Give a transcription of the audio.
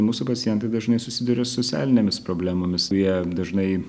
mūsų pacientai dažnai susiduria socialinėmis problemomis jie dažnai